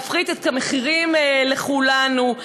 שיפחית את המחירים לכולנו.